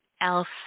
else